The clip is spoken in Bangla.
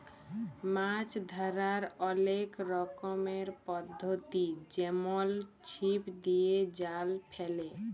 মাছ ধ্যরার অলেক রকমের পদ্ধতি যেমল ছিপ দিয়ে, জাল ফেলে